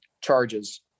charges